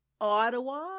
Ottawa